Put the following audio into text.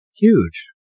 Huge